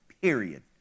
period